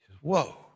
whoa